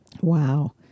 Wow